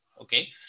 Okay